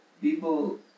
people